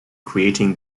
creating